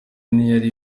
ntiyari